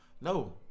No